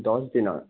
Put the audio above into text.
দহদিনৰ